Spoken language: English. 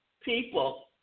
people